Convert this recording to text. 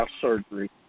surgery